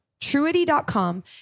Truity.com